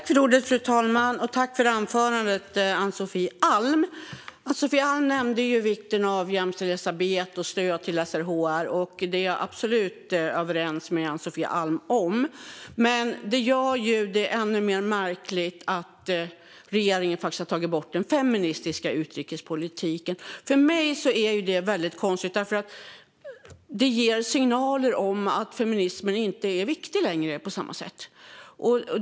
Fru talman! Ann-Sofie Alm nämnde vikten av jämställdhetsarbete och stöd till SRHR, och där är jag absolut överens med henne. Men det gör det ju ännu mer märkligt att regeringen har tagit bort den feministiska utrikespolitiken. För mig är det väldigt konstigt eftersom det ger signaler om att feminismen inte är viktig längre på samma sätt.